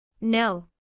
No